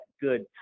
good